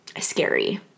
scary